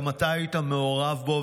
גם אתה היית מעורב בו,